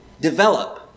develop